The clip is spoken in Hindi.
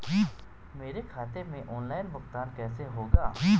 मेरे खाते में ऑनलाइन भुगतान कैसे होगा?